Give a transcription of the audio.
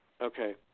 Okay